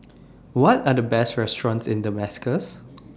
What Are The Best restaurants in Damascus